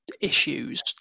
issues